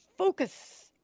Focus